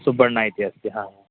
सुब्बन्न इति अस्ति